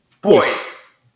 Boys